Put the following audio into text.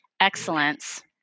Excellence